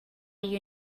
you